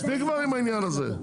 מספיק כבר עם העניין הזה,